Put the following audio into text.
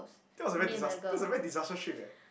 that was a very disas~ that was a very disastrous trip eh